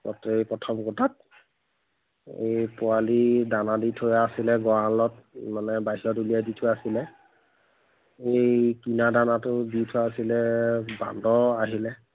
প্ৰথম কঠাত এই পোৱালি দানা দি থোৱা আছিলে গঁড়ালত মানে বাইছ উলিয়াই দি থোৱা আছিলে এই কিনা দানাটো দি থোৱা আছিলে বান্দৰ আহিলে